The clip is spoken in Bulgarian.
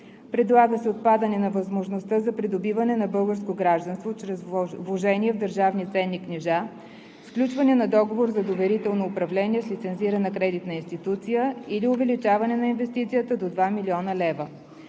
Предлага се отпадане на възможността за придобиване на българско гражданство чрез вложение в държавни ценни книжа, сключване на договор за доверително управление с лицензирана кредитна институция или увеличаване на инвестицията до два милиона лева.